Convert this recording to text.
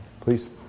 please